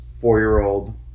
four-year-old